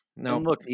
No